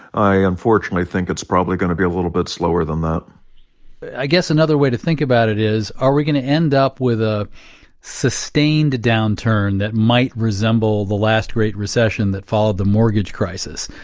i unfortunately think it's probably going to be a little bit slower than that i guess another way to think about it is, are we going to end up with a sustained downturn that might resemble the last great recession that followed the mortgage crisis?